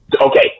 Okay